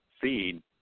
feed